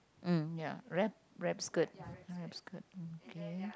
mm ya wrap wrap skirt wrap skirt okay